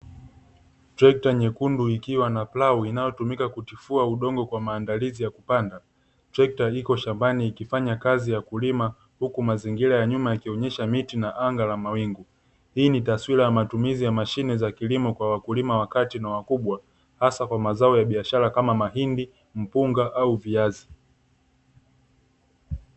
Trekta nyekundu ikiwa na plau inayotumika kutifua udongo kwa maandalizi ya kupanda. Trekta iko shambani ikifanya kazi ya kulima huku mazingira ya nyuma yakionyesha miti na anga la mawingu. Hii ni taswira ya matumizi ya mashine za kilimo kwa wakulima wa kati na wakubwa hasa kwa mazao ya biashara kama: mahindi, mpunga au viazi.